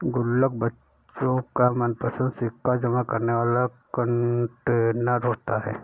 गुल्लक बच्चों का मनपंसद सिक्का जमा करने वाला कंटेनर होता है